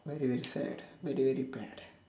very very bad very very bad